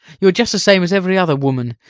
you are just the same as every other woman.